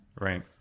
Right